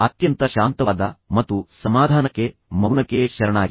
ಅತ್ಯಂತ ಶಾಂತವಾದ ಮತ್ತು ಸಮಾಧಾನಕ್ಕೆ ಮೌನಕ್ಕೆ ಶರಣಾಗಿ